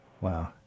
Wow